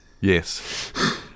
Yes